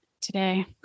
today